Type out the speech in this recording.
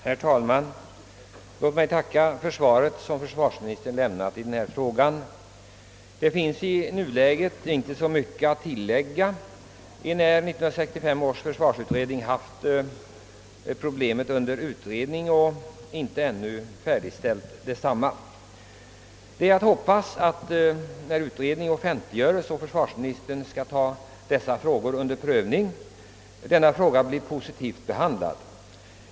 Herr talman! Låt mig tacka för svaret som försvarsministern lämnat i den här frågan. Det finns i nuläget inte så mycket att tillägga, enär 1965 års försvarsutredning har problemet under utredning och inte ännu slutfört detsamma. Det är att hoppas att när utredningsresultatet offentliggöres och försvarsministern skall ta dessa frågor under prövning, denna skall gå i positiv riktning.